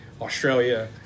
Australia